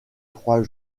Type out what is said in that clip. trois